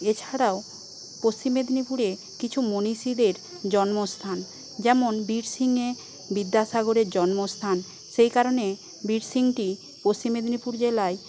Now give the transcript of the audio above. এছাড়াও পশ্চিম মেদিনীপুরে কিছু মনীষীদের জন্মস্থান যেমন বীরসিংহে বিদ্যাসাগরের জন্মস্থান সেই কারণে বীরসিংহটি পশ্চিম মেদিনীপুর জেলায়